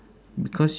because